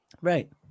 right